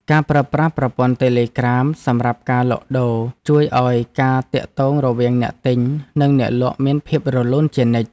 ការប្រើប្រាស់ប្រព័ន្ធតេឡេក្រាមសម្រាប់ការលក់ដូរជួយឱ្យការទាក់ទងរវាងអ្នកទិញនិងអ្នកលក់មានភាពរលូនជានិច្ច។